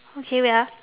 okay wait ah